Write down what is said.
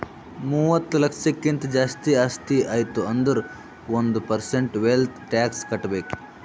ಮೂವತ್ತ ಲಕ್ಷಕ್ಕಿಂತ್ ಜಾಸ್ತಿ ಆಸ್ತಿ ಆಯ್ತು ಅಂದುರ್ ಒಂದ್ ಪರ್ಸೆಂಟ್ ವೆಲ್ತ್ ಟ್ಯಾಕ್ಸ್ ಕಟ್ಬೇಕ್